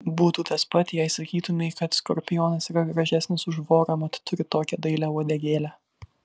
būtų tas pat jei sakytumei kad skorpionas yra gražesnis už vorą mat turi tokią dailią uodegėlę